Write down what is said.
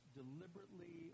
deliberately